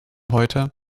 heute